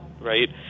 Right